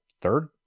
third